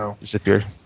disappeared